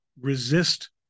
resist